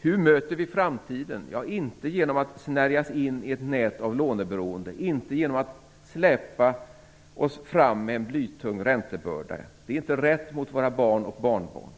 Hur möter vi framtiden? Ja, inte är det genom att snärjas in i ett nät av låneberoende och inte genom att släpa oss fram med en blytung räntebörda. Det vore inte rätt mot våra barn och barnbarn.